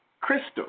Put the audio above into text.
Crystal